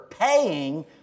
paying